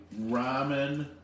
ramen